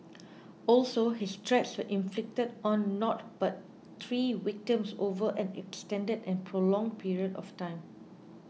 also his threats were inflicted on not but three victims over an extended and prolonged period of time